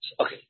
okay